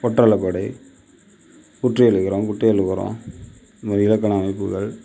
ஒற்றளப்படை குற்றியலிகரம் குட்டையலுகரம் இதுமாதிரி இலக்கண அமைப்புகள்